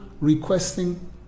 requesting